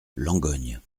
langogne